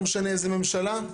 לא משנה איזו ממשלה,